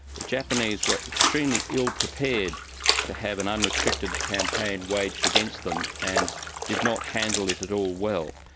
the japanese were extremely ill prepared to have an unrestricted campaign waged against them, and did not handle it at all well.